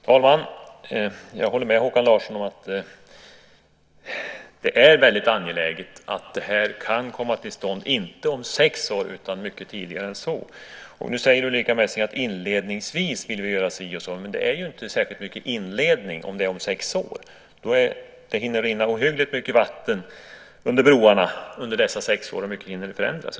Fru talman! Jag håller med Håkan Larsson om att det är väldigt angeläget att det här kan komma till stånd, inte om sex år utan mycket tidigare än så. Ulrica Messing säger att man inledningsvis vill göra si och så, men det är ju inte särskilt mycket inledning om det är om sex år. Det hinner rinna ohyggligt mycket vatten under broarna under dessa sex år, och mycket hinner förändras.